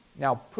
Now